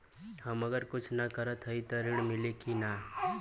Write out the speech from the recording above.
हम अगर कुछ न करत हई त ऋण मिली कि ना?